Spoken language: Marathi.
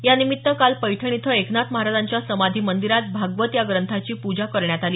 यानिमित्त काल पैठण इथं एकनाथ महाराजांच्या समाधी मंदिरात भागवत या ग्रंथाची पूजा करण्यात आली